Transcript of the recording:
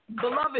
Beloved